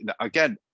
again